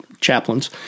chaplains